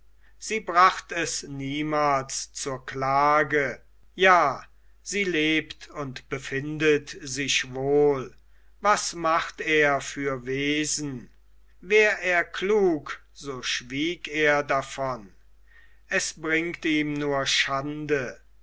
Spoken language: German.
sie bracht es niemals zur klage ja sie lebt und befindet sich wohl was macht er für wesen wär er klug so schwieg er davon es bringt ihm nur schande